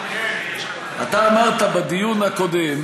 אתה אמרת בדיון הקודם,